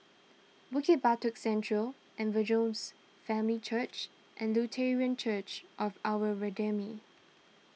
Bukit Batok Central Evangels Family Church and Lutheran Church of Our Redeemer